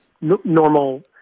normal